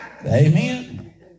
Amen